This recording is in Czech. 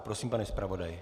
Prosím, pane zpravodaji.